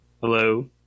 Hello